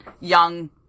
young